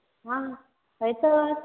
हय तर